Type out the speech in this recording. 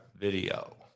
video